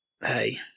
hey